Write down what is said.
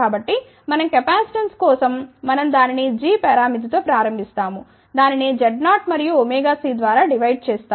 కాబట్టి మనం కెపాసిటెన్స్ కోసం మనం దాని ని G పరామితి తో ప్రారంభిస్తాము దానిని Z0 మరియు cద్వారా డివైడ్ చేస్తాము